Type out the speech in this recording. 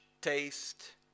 taste